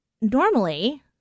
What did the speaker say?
normally